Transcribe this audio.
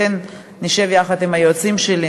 נשב יחד עם היועצים שלי,